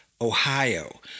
Ohio